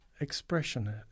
expression